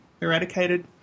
eradicated